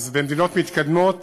אז במדינות מתקדמות